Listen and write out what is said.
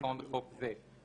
כנוסחם בחוק זה,